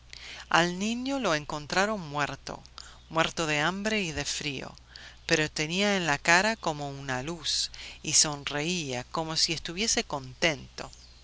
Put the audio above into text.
al niño lo encontraron muerto muerto de hambre y de frío pero tenía en la cara como una luz y sonreía como si estuviese contento